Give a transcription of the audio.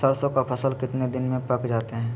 सरसों के फसल कितने दिन में पक जाते है?